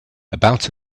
about